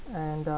and I